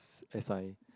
as I